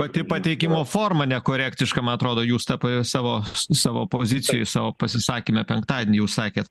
pati pateikimo forma nekorektiška ma atrodo jūs tą pa savo savo pozicijoj savo pasisakyme penktadienį jau sakėt